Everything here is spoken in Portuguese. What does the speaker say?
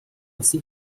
assim